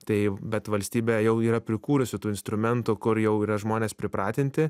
tai bet valstybė jau yra prikūrusi tų instrumentų kur jau yra žmonės pripratinti